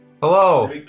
Hello